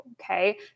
okay